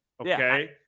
Okay